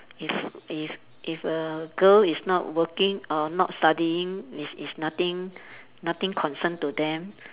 if if if a girl is not working or not studying is is nothing nothing concern to them